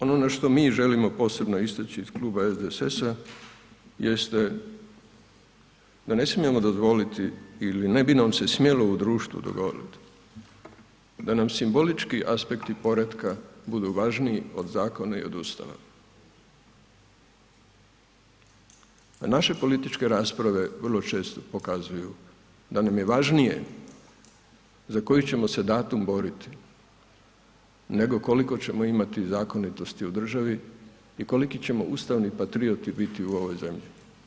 ono na što mi želimo posebno istaći iz Kluba SDSS-a jeste da ne smijemo dozvoliti ili ne bi nam se smjelo u društvu dogoditi da nam simbolički aspekti povratka budu važniji od zakona i od Ustava, a naše političke rasprave vrlo pokazuju da nam je važnije za koji ćemo se datum boriti nego koliko ćemo imati zakonitosti u državi i koliki ćemo ustavni patrioti biti u ovoj zemlji.